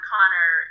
Connor